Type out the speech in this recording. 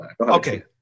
Okay